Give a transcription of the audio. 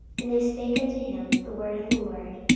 and they spake unto him the word of the lord,